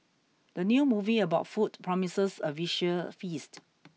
the new movie about food promises a visual feast